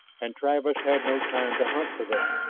and travis had no time to hunt for them.